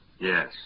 Yes